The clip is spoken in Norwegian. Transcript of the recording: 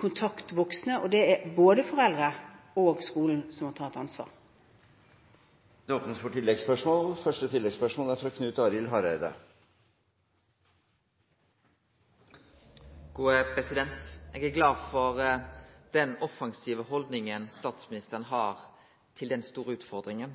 kontakt mellom voksne. Det er både foreldrene og skolen som må ta et ansvar. Det åpnes for oppfølgingsspørsmål – først Knut Arild Hareide. Eg er glad for den offensive haldninga statsministeren har til denne store utfordringa.